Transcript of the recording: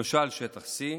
למשל, שטח C,